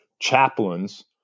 chaplains